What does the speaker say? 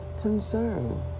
concern